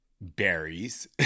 berries